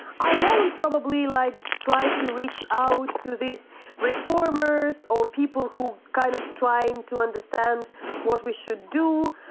i won't probably, like, try to reach out to these reformers, or people who kind of try and to understand what we should do.